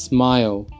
Smile